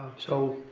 so